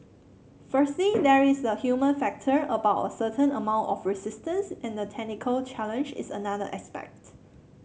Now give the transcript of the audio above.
firstly there is the human factor about a certain amount of resistance and the technical challenge is another aspect